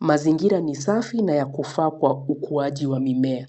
Mazingira ni safi na ya kufaa kwa ukuaji wa mimea.